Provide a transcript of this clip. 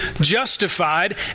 justified